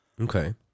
okay